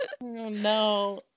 No